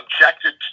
objected